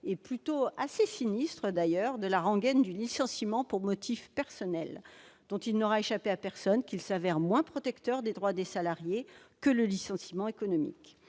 et plutôt sinistre d'ailleurs, de la rengaine du licenciement pour motif personnel. Il n'aura échappé à personne que celui-ci s'avère moins protecteur des droits du salarié que le licenciement économique